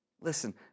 Listen